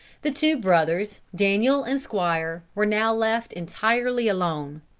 the two brothers, daniel and squire, were now left entirely alone.